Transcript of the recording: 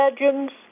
legends